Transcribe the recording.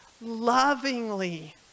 lovingly